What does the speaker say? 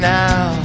now